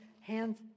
hands